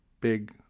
big